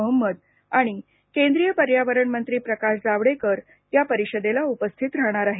मोहम्मद आणि केंद्रीय पर्यावरण मंत्री प्रकाश जावडेकर या परिषदेला उपस्थित राहणार आहेत